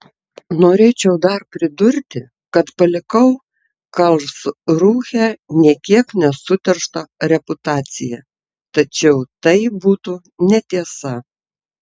norėčiau dar pridurti kad palikau karlsrūhę nė kiek nesuteršta reputacija tačiau tai būtų netiesa